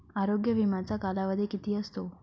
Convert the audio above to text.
आरोग्य विम्याचा कालावधी किती असतो?